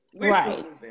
Right